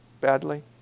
badly